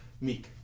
Meek